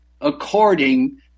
according